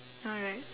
alright